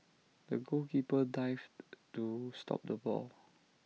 the goalkeeper dived to stop the ball